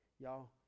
Y'all